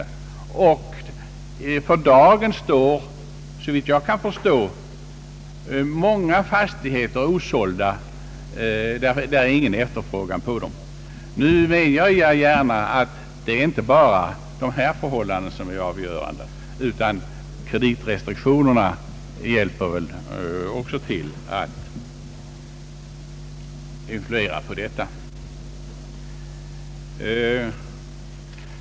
Jag har också konsulterat fastighetsmäklare. För dagen står på många håll såvitt jag kan förstå, en mångfald salubjudna fastigheter osålda; det finns ingen efterfrågan på Om 1970 års fastighetstaxering m.m. dem. Nu medger jag gärna att det inte bara är taxeringsförhållandena som är avgörande, utan kreditrestriktionerna hjälper väl också till att skapa detta förhållande.